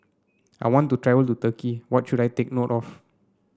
I want to travel to Turkey what should I take note of